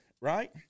right